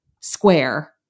square